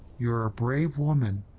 you're a brave woman.